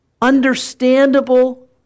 understandable